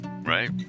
Right